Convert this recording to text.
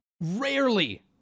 rarely